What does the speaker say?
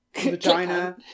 vagina